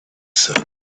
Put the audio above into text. said